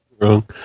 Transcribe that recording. wrong